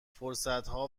فرصتها